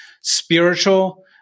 spiritual